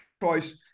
choice